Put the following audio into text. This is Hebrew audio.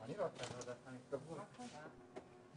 שאנחנו מסוגלים לווסת את כמות האנשים הנכנסים,